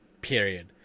period